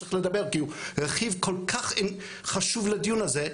שצריך לדבר, כי הוא רכיב כל כך חשוב לדיון הזה,